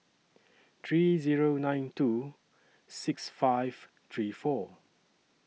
three Zero nine two six five three four